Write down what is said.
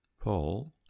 Paul